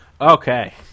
Okay